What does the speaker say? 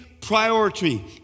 priority